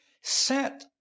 set